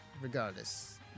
Regardless